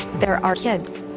they're our kids.